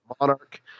Monarch